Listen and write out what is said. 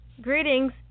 greetings